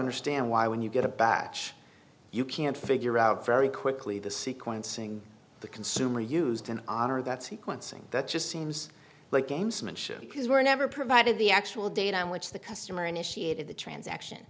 understand why when you get a batch you can't figure out very quickly the sequencing the consumer used in honor of that sequencing that just seems like gamesmanship because we're never provided the actual date on which the customer initiated the transaction